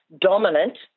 dominant –